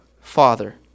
Father